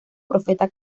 profeta